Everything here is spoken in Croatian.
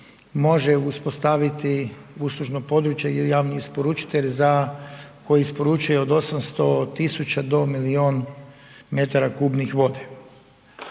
može uspostaviti uslužno područje ili javni isporučitelj za, koji isporučuje od 800.000 do 1.000.000 m3 vode.